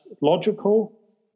logical